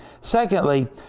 Secondly